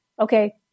okay